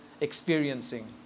experiencing